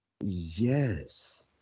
Yes